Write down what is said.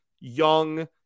young